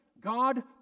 God